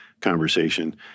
conversation